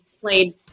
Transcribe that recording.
played